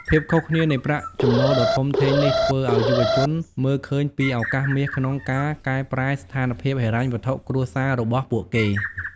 ភាពខុសគ្នានៃប្រាក់ចំណូលដ៏ធំធេងនេះ ធ្វើឱ្យយុវជនមើលឃើញពីឱកាសមាសក្នុងការកែប្រែស្ថានភាពហិរញ្ញវត្ថុគ្រួសាររបស់ពួកគេ។